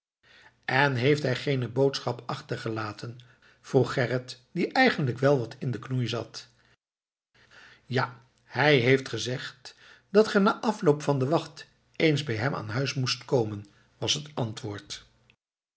en heeft hij geene boodschap achtergelaten vroeg gerrit die eigenlijk wel wat in den knoei zat ja hij heeft gezegd dat ge na afloop van de wacht eens bij hem aan huis moest komen was het antwoord